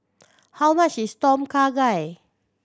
how much is Tom Kha Gai